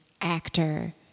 actor